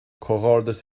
comhghairdeas